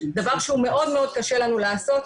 דבר שהוא מאוד מאוד קשה לנו לעשות.